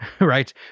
right